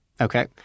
Okay